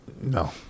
No